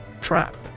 Trap